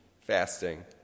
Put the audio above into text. fasting